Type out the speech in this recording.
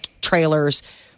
trailers